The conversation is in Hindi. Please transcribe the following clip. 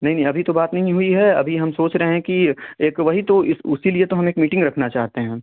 नहीं नहीं अभी तो बात नहीं हुई है अभी हम सोच रहे हैं कि एक वही तो इस उसी लिए तो हम एक मीटिंग रखना चाहते हैं